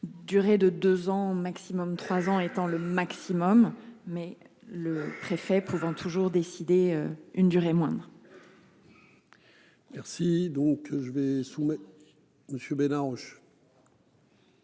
Durée de 2 ans, maximum trois ans étant le maximum mais le préfet prouvant toujours décidé une durée moindre. Merci donc je vais soumettre. Monsieur